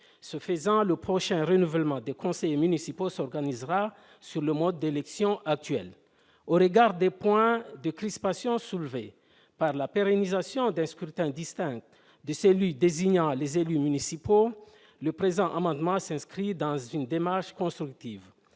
Ce faisant, le prochain renouvellement des conseils municipaux s'organiserait selon le mode d'élection actuel. Au regard des crispations suscitées par la pérennisation d'un scrutin distinct de celui qui désigne les élus municipaux, les dispositions de cet amendement s'inscrivent dans une démarche constructive.